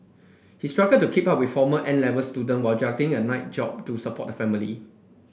he struggled to keep up with former N Level student while juggling a night job to support the family